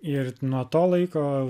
ir nuo to laiko